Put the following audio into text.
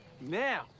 now